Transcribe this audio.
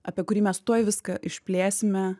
apie kurį mes tuoj viską išplėsime